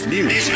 News